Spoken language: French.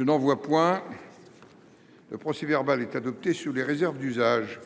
d’observation ?… Le procès verbal est adopté sous les réserves d’usage.